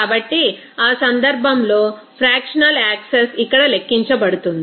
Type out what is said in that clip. కాబట్టి ఆ సందర్భంలో ఫ్రాక్షనల్ యాక్సెస్ ఇక్కడ లెక్కించబడుతుంది